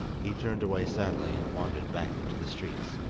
he turned away sadly and wandered back into the streets,